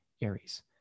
Aries